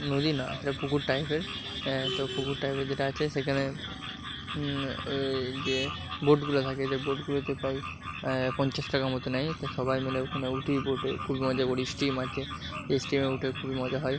নদী না পুকুর টাইপের তো পুকুর টাইপের যেটা আছে সেখানে ওই যে বোটগুলো থাকে যে বোটগুলোতে প্রায় পঞ্চাশ টাকা মতো নেয় তা সবাই মিলে ওখানে উঠি বোটে খুব মজা করি স্টিম আছে ওই স্টিমে উঠে খুবই মজা হয়